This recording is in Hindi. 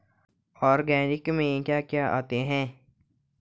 ऑर्गेनिक में क्या क्या आता है?